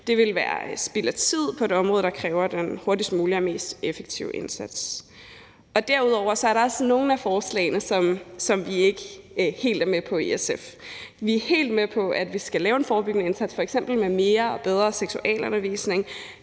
Det ville være spild af tid på et område, der kræver den hurtigst mulige og mest effektive indsats. Derudover er der også nogle af forslagene, som vi ikke helt er med på i SF. Vi er helt med på, at vi skal lave en forebyggende indsats f.eks. med mere og bedre seksualundervisning.